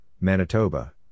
Manitoba